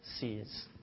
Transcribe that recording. sees